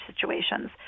situations